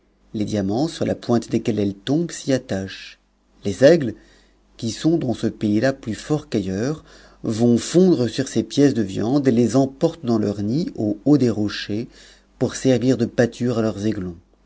les diamants sur la pointe desquels elles tombent s'y attachent les aigles qui sont dans ce pays plus forts qu'ailleurs vont fondre sur ces pièces de viande et les emportent dans leurs nids au haut des rochers pour servir de pâture à leurs